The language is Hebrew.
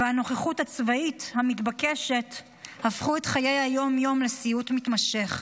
והנוכחות הצבאית המתבקשת הפכו את חיי היום-יום לסיוט מתמשך.